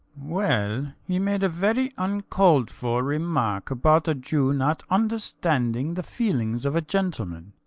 well, he made a very uncalled-for remark about a jew not understanding the feelings of a gentleman.